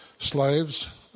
Slaves